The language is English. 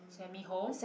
send me home